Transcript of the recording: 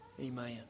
Amen